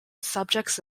subjects